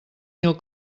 mil